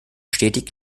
stetig